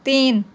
تین